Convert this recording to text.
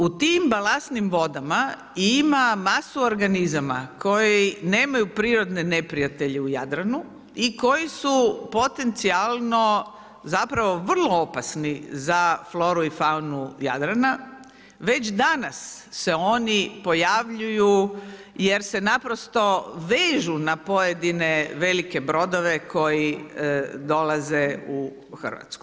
U tim balastnim vodama ima masu organizama koji nemaju prirodne neprijatelje u Jadranu i koji su potencijalno zapravo vrlo opasni za floru i faunu Jadrana, već danas se oni pojavljuju jer se naprosto vežu na pojedine velike brodove koji dolaze u Hrvatsku.